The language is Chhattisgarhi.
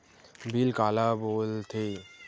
बिल काला बोल थे?